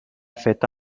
feta